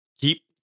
Keep